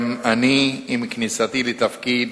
גם אני, עם כניסתי לתפקיד